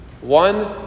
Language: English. One